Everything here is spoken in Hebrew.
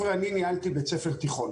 אני ניהלתי בית ספר תיכון